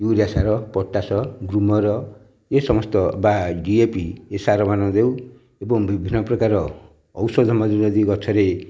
urea ସାର potash ଗ୍ଳୋମର ଏ ସମସ୍ତ ବା ଡିଏପି ଏ ସାର ମାନ ଦେଉ ଏବଂ ବିଭିନ୍ନ ପ୍ରକାର ଔଷଧ ମଧ୍ୟ ଦେଇ ଗଛରେ